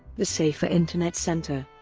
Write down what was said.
the safer internet centre,